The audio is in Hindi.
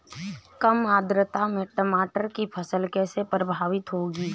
कम आर्द्रता में टमाटर की फसल कैसे प्रभावित होगी?